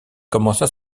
commença